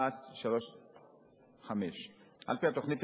תע"ס 3.5. על-פי התוכנית,